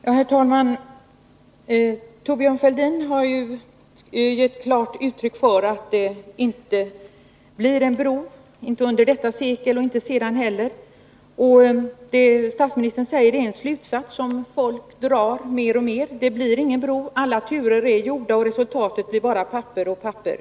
Herr talman! Thorbjörn Fälldin har ju sagtt att det enligt hans mening inte blir en bro under detta sekel och antagligen inte heller senare. Det är en slutsats som fler och fler drar: Det blir ingen bro. Alla turer är gjorda, och Nr 112 resultatet blir bara papper och återigen papper.